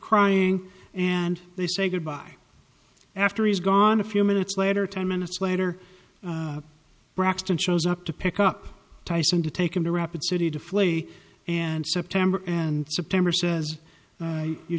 crying and they say goodbye after he's gone a few minutes later ten minutes later braxton shows up to pick up tyson to take him to rapid city to flee and september and september says you